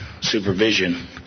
supervision